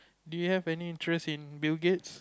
do you have any interest in Bill-Gates